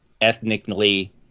ethnically